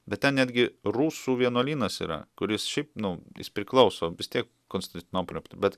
bet ten netgi rusų vienuolynas yra kuris šiaip nu jis priklauso vis tiek konstantinopolio bet